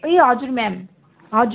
ए हजुर मेम हजुर